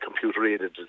computer-aided